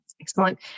excellent